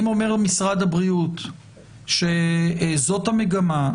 אם אומר משרד הבריאות שזאת המגמה,